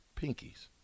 pinkies